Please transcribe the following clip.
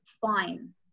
fine